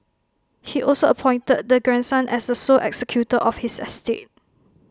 he also appointed the grandson as the sole executor of his estate